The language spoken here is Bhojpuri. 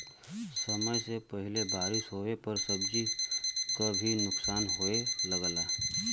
समय से पहिले बारिस होवे पर सब्जी क भी नुकसान होये लगला